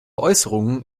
äußerungen